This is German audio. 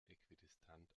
äquidistant